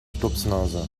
stupsnase